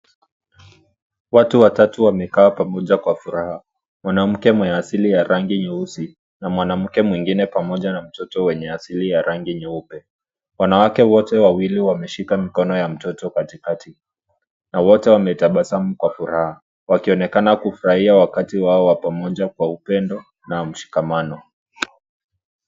Watu watatu wamekaa pamoja kwa furaha: mwanamke mwenye asili ya rangi nyeusi na mwanamke mwingine pamoja na mtoto mwenye asili ya rangi nyeupe. Wanawake wote wawili wameshika mikono ya mtoto katikati, na wote wametabasamu kwa furaha. Wakionekana kufurahia wakati wao pamoja kwa upendo na mshikamano.